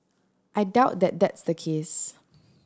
I doubt that that's the case